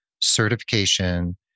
certification